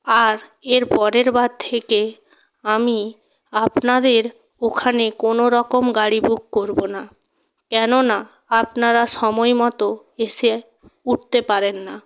আর এর পরেরবার থেকে আমি আপনাদের ওখানে কোনো রকম গাড়ি বুক করবো না কেননা আপনারা সময় মতো এসে উঠতে পারেন না